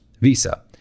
Visa